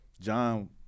John